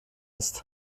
ist